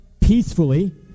peacefully